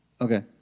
Okay